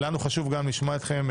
לנו חשוב לשמוע אתכם,